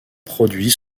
produits